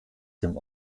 dem